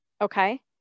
okay